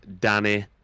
Danny